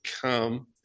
come